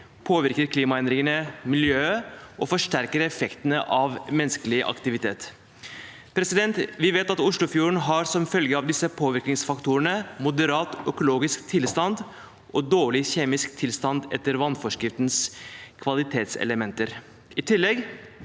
påvirker klimaendringene miljøet og forsterker effektene av menneskelig aktivitet. Vi vet at Oslofjorden som følge av disse påvirkningsfaktorene har moderat økologisk tilstand og dårlig kjemisk tilstand etter vannforskriftens kvalitetselementer. I tillegg